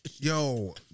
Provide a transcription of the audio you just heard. Yo